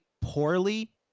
poorly